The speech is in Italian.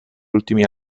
ultimi